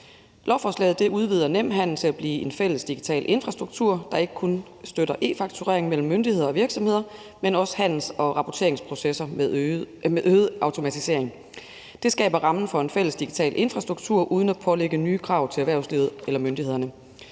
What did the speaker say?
Lovforslaget udvider Nemhandel til at blive en fælles digital infrastruktur, der ikke kun støtter e-fakturering mellem myndigheder og virksomheder, men også handels- og rapporteringsprocesser med øget automatisering. Det skaber rammen for en fælles digital infrastruktur uden at pålægge nye krav til erhvervslivet eller myndighederne.